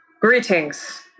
Greetings